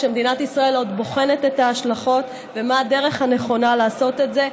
כשמדינת ישראל עוד בוחנת את ההשלכות ומה הדרך הנכונה לעשות את זה,